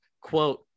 quote